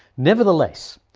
nevertheless,